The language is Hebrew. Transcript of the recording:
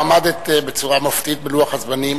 גם עמדת בצורה מופתית בלוח הזמנים.